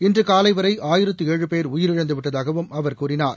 இன்றுகாலைவரை ஆயிரத்து பேர் உயிரிழந்துவிட்டதாகவும் கூறினார்